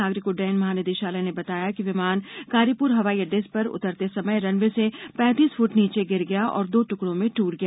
नागरिक उड्डयन महानिदेशालय ने बताया कि विमान कारीपुर हवाई अड्डे पर उतरते समय रनवे से पैंतीस फुट नीचे गिर गया और दो टुकडों में टूट गया